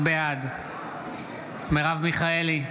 בעד מרב מיכאלי,